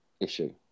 issue